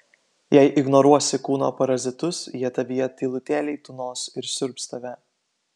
jei ignoruosi kūno parazitus jie tavyje tylutėliai tūnos ir siurbs tave